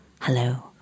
hello